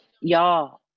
y'all